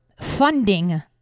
funding